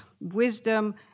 wisdom